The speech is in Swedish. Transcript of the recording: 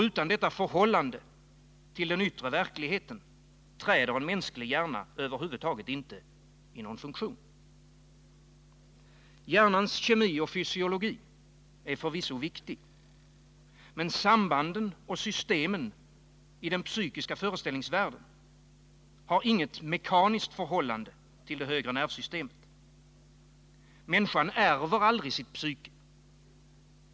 Utan detta förhållande till den yttre verkligheten träder en mänsklig hjärna över huvud taget inte i funktion. Hjärnans kemi och fysiologi är förvisso viktig. Men sambanden och systemen i den psykiska föreställningsvärlden har inget mekaniskt förhållande till det högre nervsystemet. Människan ärver aldrig sitt psyke.